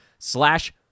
Slash